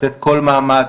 לתת כל מעמד,